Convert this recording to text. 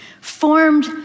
formed